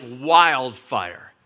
wildfire